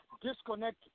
disconnect